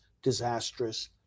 disastrous